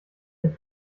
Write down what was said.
ein